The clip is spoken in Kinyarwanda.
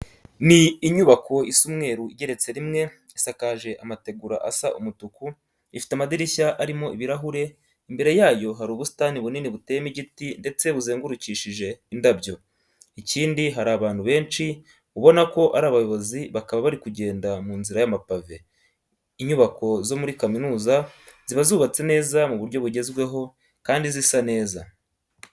Ni inyubako isa umweru igeretse rimwe, isakaje amategura asa umutuku, ifite amadirishya arimo ibirahure. Imbere yayo hari ubusitani bunini buteyemo igiti ndetse buzengurukishije indabyo. Ikindi hari abantu benshi ubuna ko ari abayobozi bakaba bari kugenda mu nzira y'amapave. Inyubako zo muri kaminuza ziba zubatse neza mu buryo bugezweho kandi zisa neza.